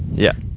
yeah,